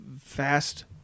Fast